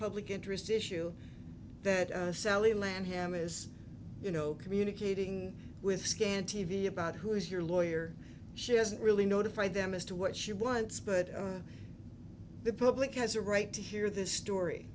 public interest issue that sally land him is you know communicating with scant t v about who is your lawyer she hasn't really notified them as to what she wants but the public has a right to hear this story